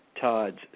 Todd's